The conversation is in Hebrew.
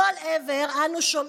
מכל עבר אנו שומעים: